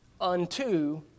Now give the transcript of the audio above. unto